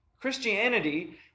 Christianity